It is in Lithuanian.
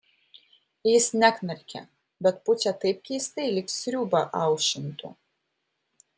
jis neknarkia bet pučia taip keistai lyg sriubą aušintų